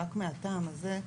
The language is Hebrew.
רק מהטעם הזה,